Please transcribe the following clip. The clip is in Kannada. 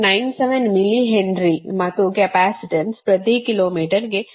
97 ಮಿಲಿ ಹೆನ್ರಿ ಮತ್ತು ಕೆಪಾಸಿಟನ್ಸ್ ಪ್ರತಿ ಕಿಲೋ ಮೀಟರ್ಗೆ 0